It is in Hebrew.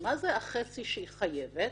מה זה החצי שהיא חייבת?